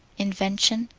invention.